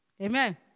Amen